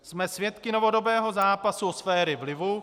Jsme svědky novodobého zápasu o sféry vlivu.